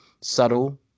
subtle